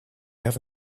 have